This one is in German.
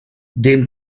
dem